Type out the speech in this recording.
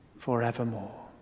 forevermore